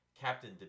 Captain